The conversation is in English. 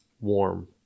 warm